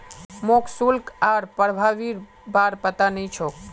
मोक शुल्क आर प्रभावीर बार पता नइ छोक